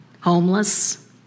homeless